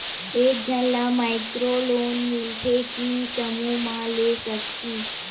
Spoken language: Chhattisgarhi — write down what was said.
एक झन ला माइक्रो लोन मिलथे कि समूह मा ले सकती?